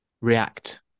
react